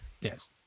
Yes